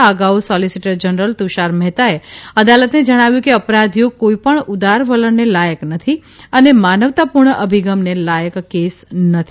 આ અગાઉ solicitor general Tushar મહેતાએ અદાલતને જણાવ્યું કે અપરાધીઓ કોઇપણ ઉદાર વલણને લાયક નથી અને માનવતાપૂર્ણ અભિગમને લાયક કેસ નથી